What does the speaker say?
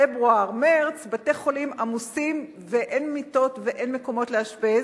פברואר ומרס בתי-החולים עמוסים ואין מיטות ואין מקומות לאשפז,